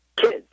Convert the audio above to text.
kids